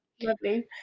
Lovely